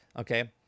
Okay